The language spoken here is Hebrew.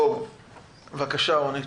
בבקשה, רונית.